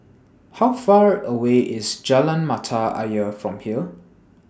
How Far away IS Jalan Mata Ayer from here